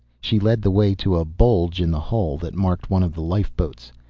she led the way to a bulge in the hull that marked one of the lifeboats.